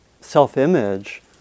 self-image